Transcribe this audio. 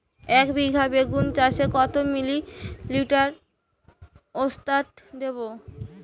একবিঘা বেগুন চাষে কত মিলি লিটার ওস্তাদ দেবো?